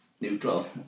neutral